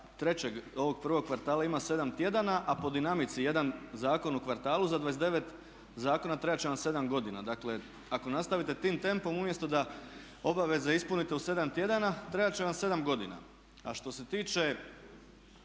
kraja ovog prvog kvartala ima 7 tjedana, a po dinamici 1 zakon u kvartalu za 29 zakona trebat će vam 7 godina. Dakle, ako nastavite tim tempom umjesto da obaveze ispunite u 7 tjedana trebat će vam 7 godina. A što se tiče